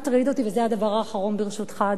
וזה הדבר האחרון, ברשותך, אדוני.